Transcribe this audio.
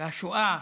והשואה,